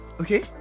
Okay